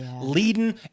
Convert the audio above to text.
leading